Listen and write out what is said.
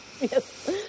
Yes